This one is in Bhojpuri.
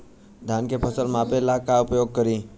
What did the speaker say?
धान के फ़सल मापे ला का उपयोग करी?